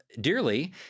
dearly